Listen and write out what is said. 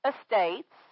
estates